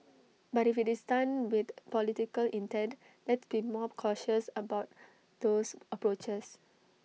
but if IT is done with political intent let's be more cautious about those approaches